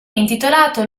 intitolato